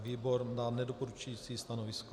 Výbor dal nedoporučující stanovisko.